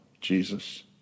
Jesus